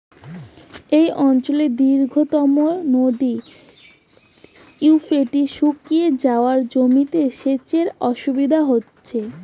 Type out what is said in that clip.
এই অঞ্চলের দীর্ঘতম নদী ইউফ্রেটিস শুকিয়ে যাওয়ায় জমিতে সেচের অসুবিধে হচ্ছে